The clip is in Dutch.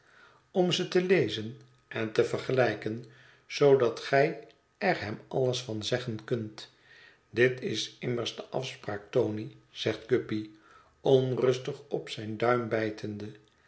om ze te lezen en te vergelijken zoodat gij er hem alles van zeggen kunt dit is immers de afspraak tony zegt guppy onrustig op zijn duim bijtende